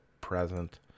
present